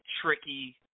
tricky